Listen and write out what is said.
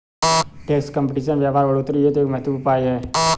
tax competition व्यापार बढ़ोतरी हेतु एक महत्वपूर्ण उपाय है